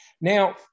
Now